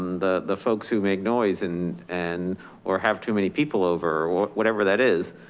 the the folks who make noise and and or have too many people over or whatever that is.